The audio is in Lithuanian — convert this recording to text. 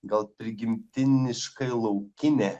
gal prigimtiniškai laukinė